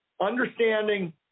understanding